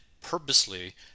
purposely